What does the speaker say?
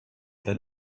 than